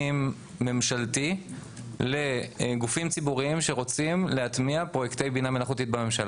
פנים-ממשלתי לגופים ציבוריים שרוצים להטמיע פרויקטי בינה מלאכותית בממשלה.